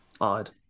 odd